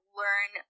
learn